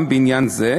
גם בעניין זה